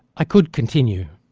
i could continue,